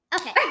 Okay